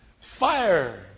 fire